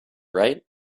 right